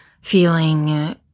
feeling